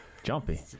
jumpy